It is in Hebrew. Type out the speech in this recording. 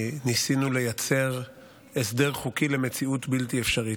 ניסינו לייצר הסדר חוקי למציאות בלתי אפשרית.